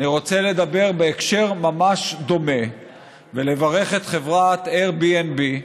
אני רוצה לדבר בהקשר ממש דומה ולברך את חברת Airbnb,